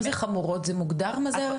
מה זה חמורות, זה מוגדר אצלכן?